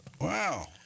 Wow